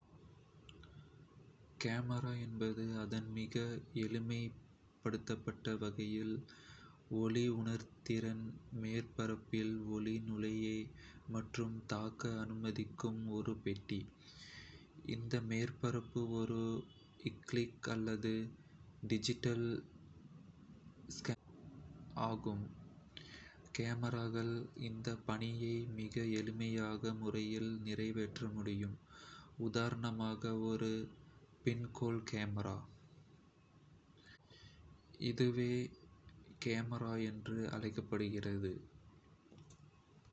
கேமரா என்பது, அதன் மிக எளிமைப்படுத்தப்பட்ட வகையில், ஒளி உணர்திறன் மேற்பரப்பில் ஒளி நுழைய மற்றும் தாக்க அனுமதிக்கும் ஒரு பெட்டி. இந்த மேற்பரப்பு ஒரு ஃபிலிம் அல்லது டிஜிட்டல் சென்சார் ஆகும். கேமராக்கள் இந்த பணியை மிக எளிமையான முறையில் நிறைவேற்ற முடியும் - உதாரணமாக ஒரு பின்ஹோல் கேமரா.